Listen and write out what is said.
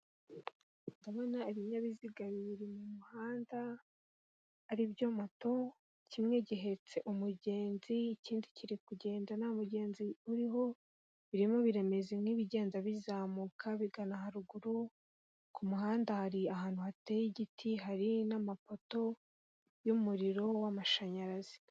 Ndabona ibinyabiziga bibiri mu muhanda ari byo moto kimwe gihetse umugezi ikindi kiri kugenda nta mugenzi uriho birimo ibiremeze nk'ibigenda bizamuka bigana haruguru ku muhanda hari ahantu hateye igiti hari n'amapoto y'umuriro w'amashanyarazi.